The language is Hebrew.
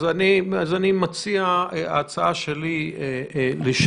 אז, ההצעה שלי היא לשנה.